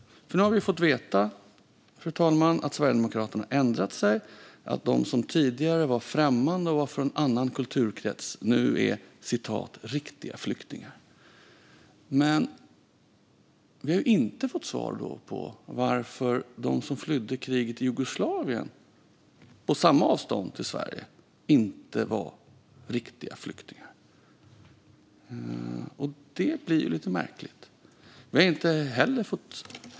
Nu har vi fått veta, fru talman, att Sverigedemokraterna ändrat sig. De som tidigare var främmande och var från annan kulturkrets är nu "riktiga flyktingar". Men vi har inte fått svar på varför de som flydde kriget i Jugoslavien, på samma avstånd till Sverige, inte var riktiga flyktingar. Det blir lite märkligt.